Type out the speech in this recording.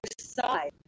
side